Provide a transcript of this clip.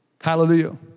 Hallelujah